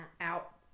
out